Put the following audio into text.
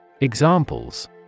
Examples